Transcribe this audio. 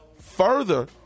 further